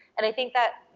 and i think that